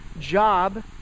job